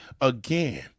again